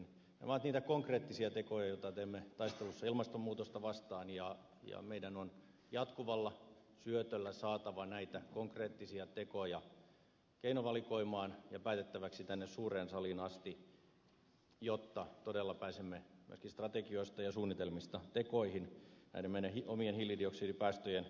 nämä ovat niitä konkreettisia tekoja joita teemme taistelussa ilmastonmuutosta vastaan ja meidän on jatkuvalla syötöllä saatava näitä konkreettisia tekoja keinovalikoimaan ja päätettäväksi tänne suureen saliin asti jotta todella pääsemme myöskin strategioista ja suunnitelmista tekoihin näiden meidän omien hiilidioksidipäästöjemme vähentämiseksi